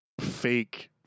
fake